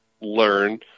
learn